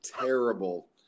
terrible